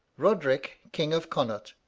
roderick, king of connaught,